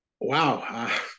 Wow